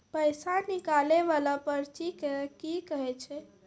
पैसा निकाले वाला पर्ची के की कहै छै?